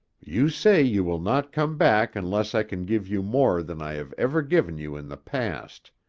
you say you will not come back unless i can give you more than i have ever given you in the past.